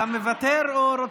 אתה מוותר או רוצה?